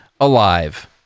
alive